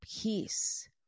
peace